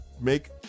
make